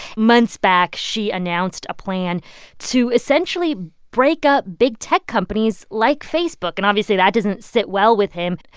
months back, she announced a plan to essentially break up big tech companies like facebook. and obviously that doesn't sit well with him.